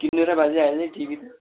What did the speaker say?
किन्नु र बाजे अहिले टिभी त